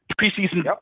Preseason